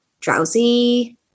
drowsy